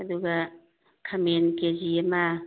ꯑꯗꯨꯒ ꯈꯥꯃꯦꯟ K G ꯑꯃ